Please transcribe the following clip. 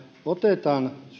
otetaan